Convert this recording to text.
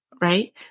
right